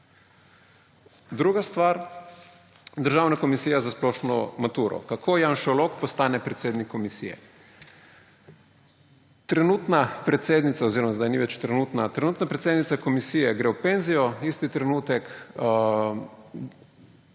Druga stvar, Državna komisija za splošno maturo, kako janšolog postane predsednik komisije. Trenutna predsednica oziroma zdaj ni več trenutna, trenutna predsednica komisije gre v penzijo, isti trenutek